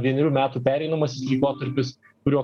vienerių metų pereinamasis laikotarpis kurio